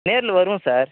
நேரில் வருவோம் சார்